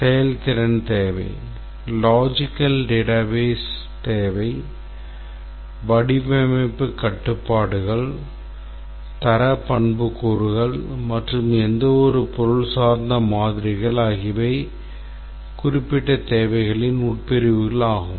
செயல்திறன் தேவை Logical Database தேவை வடிவமைப்பு கட்டுப்பாடுகள் தர பண்புக்கூறுகள் மற்றும் எந்தவொரு பொருள் சார்ந்த மாதிரிகள் ஆகியவை குறிப்பிட்ட தேவைகளின் உட்பிரிவுகளாகும்